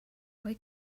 why